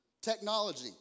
Technology